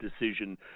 decision